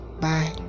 bye